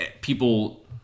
People